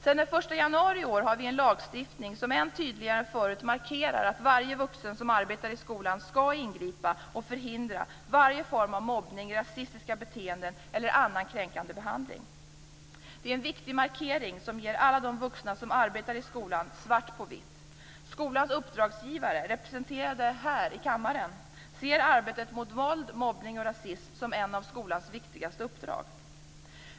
Sedan den 1 januari i år har vi en lagstiftning som än tydligare än förut markerar att varje vuxen som arbetar i skolan skall ingripa och förhindra varje form av mobbning, rasistiska beteenden eller annan kränkande behandling. Det är en viktig markering som ger alla de vuxna som arbetar i skolan svart på vitt att skolans uppdragsgivare, representerade här i kammaren, ser arbetet mot våld, mobbning och rasism som en av skolans viktigaste uppdrag.